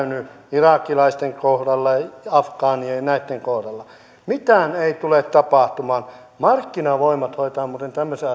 irakilaisten kohdalla afgaanien ja näitten kohdalla mitään ei tule tapahtumaan markkinavoimat hoitavat muuten tämmöisen